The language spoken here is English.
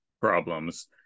problems